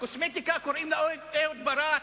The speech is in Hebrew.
הקוסמטיקה, קוראים לה אהוד ברק,